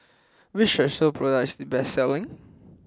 which Strepsils product is the best selling